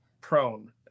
prone